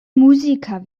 musiker